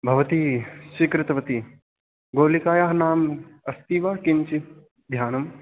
भवती स्वीकृतवती गोलिकायाः नाम अस्ति वा किञ्चित् ध्यानम्